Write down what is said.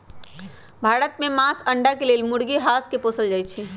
भारत में मास, अण्डा के लेल मुर्गी, हास के पोसल जाइ छइ